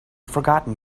forgotten